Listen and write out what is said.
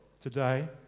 today